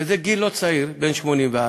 וזה גיל לא צעיר, בן 84,